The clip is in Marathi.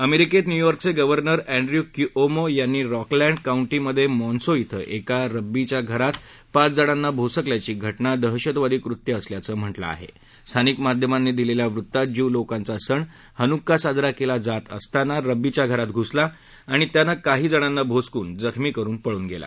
अमरिकेती न्यूयॉर्कच विव्हर्नर अँड्यू क्युओमो यांनी रॉकलँड काऊंटीमध्यमिन्सो इथं एका रब्बीच्या घरात पाच जणांना भोसकल्याची घटना दहशतवादी कृत्य असल्याचं म्हटलं आह स्थानिक माध्यमांनी दिलखी वृत्तात ज्यू लोकांचा सण हनुक्का साजरा केवी जात असताना रब्बीच्या घरात घुसला आणि त्यानं काही जणांना भोसकून जखमी करून पळून गत्ती